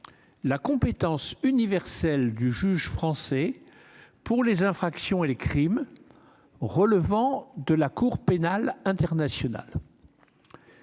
la compétence universelle du juge français pour les infractions et les crimes relevant de la Cour pénale internationale